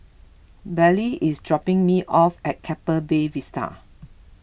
Bailee is dropping me off at Keppel Bay Vista